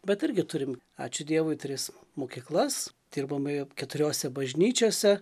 bet irgi turim ačiū dievui tris mokyklas dirbome jau keturiose bažnyčiose